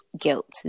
guilt